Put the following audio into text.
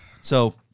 So-